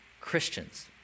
Christians